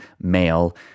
male